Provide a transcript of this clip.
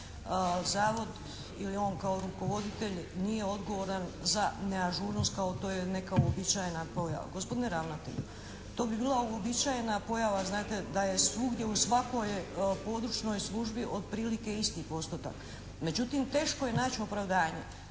zavod ili on kao rukovoditelj nije odgovoran za neažurnost, kao to je neka uobičajena pojava. Gospodine ravnatelju, to bi bila uobičajena pojava da je svugdje u svakoj područnoj službi otprilike isti postotak. Međutim, teško je naći opravdanje